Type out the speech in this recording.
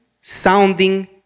sounding